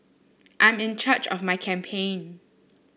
I'm in charge of my campaign